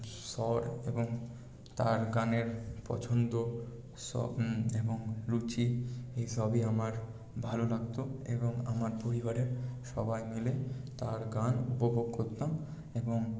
স্বর এবং তার গানের পছন্দ সব এবং রুচি এ সবই আমার ভালো লাগতো এবং আমার পরিবারে সবাই মিলে তার গান উপভোগ করতাম এবং